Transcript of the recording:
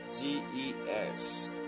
G-E-S